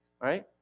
Right